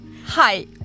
Hi